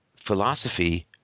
Philosophy